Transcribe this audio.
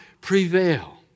prevail